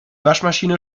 waschmaschine